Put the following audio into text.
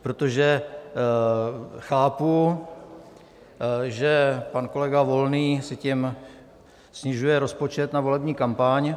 Protože chápu, že pan kolega Volný si tím snižuje rozpočet na volební kampaň.